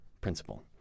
principle